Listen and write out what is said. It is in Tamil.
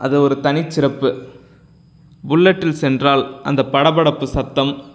அது ஒரு தனிச் சிறப்பு புல்லட்டில் சென்றால் அந்தப் படப்படப்பு சத்தம்